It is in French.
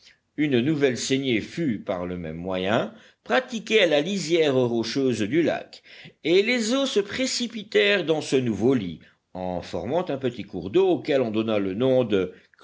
une nouvelle saignée fut par le même moyen pratiquée à la lisière rocheuse du lac et les eaux se précipitèrent dans ce nouveau lit en formant un petit cours d'eau auquel on donna le nom de